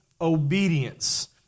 obedience